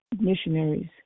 missionaries